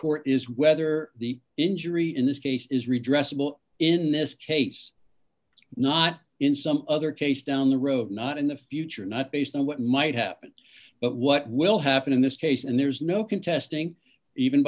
score is whether the injury in this case is redress will in this case not in some other case down the road not in the future not based on what might happen but what will happen in this case and there's no contesting even